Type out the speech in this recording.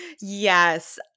Yes